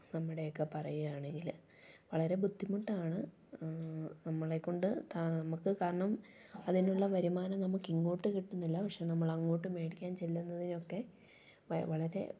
നമ്മുെടയൊക്കെ പറയുകയാണെങ്കില് വളരെ ബുദ്ധിമുട്ടാണ് നമ്മളെക്കൊണ്ട് താ നമുക്ക് കാരണം അതിനുള്ള വരുമാനം നമുക്കിങ്ങോട്ട് കിട്ടുന്നില്ല പക്ഷേ നമ്മളങ്ങോട്ട് മേടിക്കാൻ ചെല്ലുന്നതിനൊക്കെ വളരെ